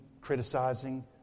criticizing